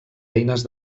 eines